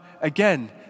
again